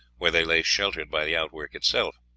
where they lay sheltered by the outwork itself.